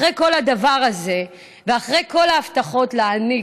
אחרי כל הדבר הזה ואחרי כל ההבטחות להעניק